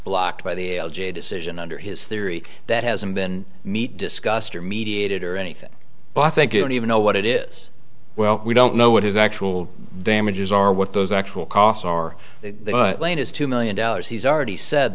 blocked by the algae a decision under his theory that hasn't been meet discussed or mediated or anything but i think you don't even know what it is well we don't know what his actual damages are what those actual costs are lain is two million dollars he's already said